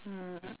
mm